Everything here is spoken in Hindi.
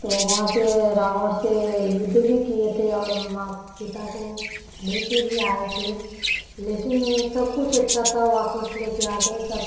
तो वहाँ से रावण से युद्ध भी किए थे और माँ सीता को लेके भी आए थे लेकिन सब कुछ अच्छा था वापस लेके आ गए सब